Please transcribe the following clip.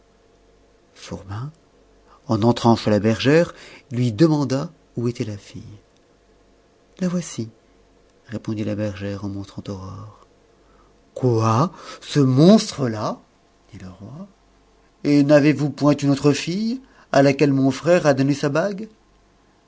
fourbin en entrant chez la bergère lui demanda où était la fille la voici répondit la bergère en montrant aurore quoi ce monstre-là dit le roi et n'avez-vous point une autre fille à laquelle mon frère a donné sa bague